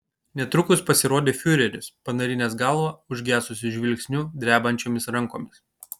netrukus pasirodė fiureris panarinęs galvą užgesusiu žvilgsniu drebančiomis rankomis